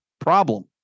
problem